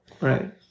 Right